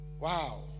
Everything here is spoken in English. wow